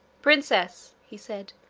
princess, he said,